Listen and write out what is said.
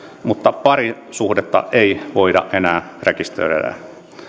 mutta parisuhdetta ei voida enää rekisteröidä